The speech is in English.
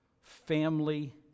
family